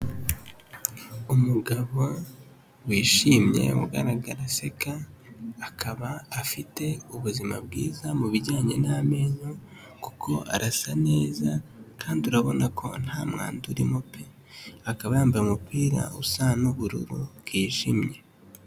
Umugabo wishimye ugaragara aseka akaba afite ubuzima bwiza mu bijyanye n'amenyo, kuko arasa neza kandi urabona ko nta mwanda urimo pe, akaba yambaye umupira usa n'ubururu bwijimye.